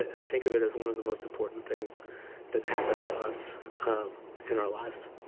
i think of it as one of the most important things that's happened to us in our lives.